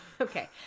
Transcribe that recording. Okay